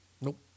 Nope